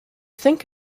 think